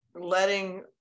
letting